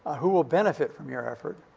ah who will benefit from your effort?